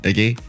Okay